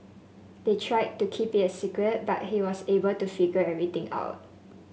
they tried to keep it a secret but he was able to figure everything out